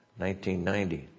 1990